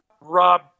Rob